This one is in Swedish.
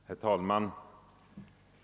Herr talman!